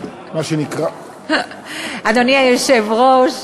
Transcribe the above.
אדוני היושב-ראש,